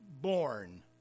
born